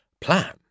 plan